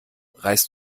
reißt